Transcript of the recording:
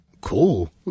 cool